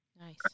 Nice